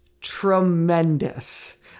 tremendous